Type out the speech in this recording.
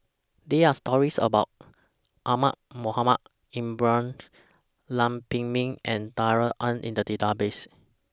There Are stories about Ahmad Mohamed Ibrahim Lam Pin Min and Darrell Ang in The Database